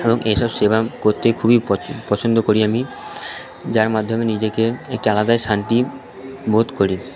কারণ এই সব সেবা করতে খুবই পছন্দ করি আমি যার মাধ্যমে নিজেকে একটা আলাদাই শান্তি বোধ করি